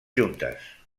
juntes